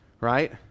right